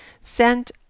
sent